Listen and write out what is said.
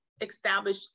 establish